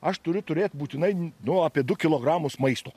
aš turiu turėt būtinai nu apie du kilogramus maisto